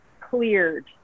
cleared